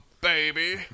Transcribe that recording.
baby